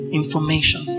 information